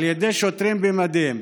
על ידי שוטרים במדים.